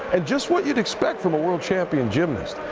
and just what you'd expect from a world champion gymnast.